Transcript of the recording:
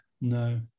no